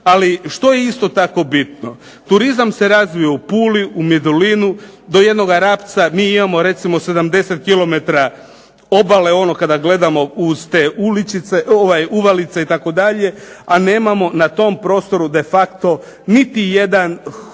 Ali što je isto tako bitno. Turizam se razvio u Puli, u Medulinu, do jednoga Rabca mi imamo recimo 70 kilometara obale, ono kada gledamo uz te uvalice itd., a nemamo na tom prostoru de facto niti jedan hotelski